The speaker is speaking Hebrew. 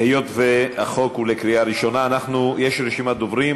היות שזה חוק לקריאה ראשונה, יש רשימת דוברים.